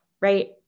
right